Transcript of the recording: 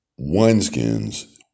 wineskins